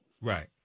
Right